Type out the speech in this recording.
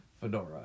Fedora